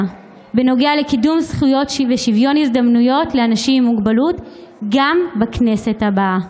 באשר לקידום זכויות ושוויון הזדמנויות לאנשים עם מוגבלות גם בכנסת הבאה.